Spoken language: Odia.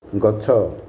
ଗଛ